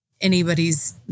anybody's